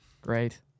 Great